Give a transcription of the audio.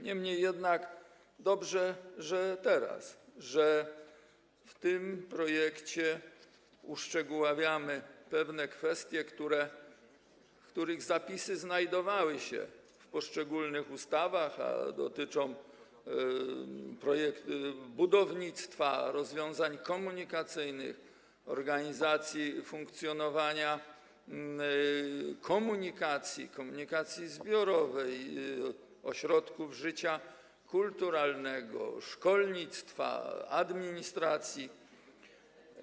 Niemniej jednak dobrze, że w tym projekcie uszczegółowiamy te kwestie, których zapisy znajdowały się w poszczególnych ustawach, a które dotyczą budownictwa, rozwiązań komunikacyjnych, organizacji i funkcjonowania komunikacji, komunikacji zbiorowej, ośrodków życia kulturalnego, szkolnictwa, administracji.